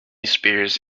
spears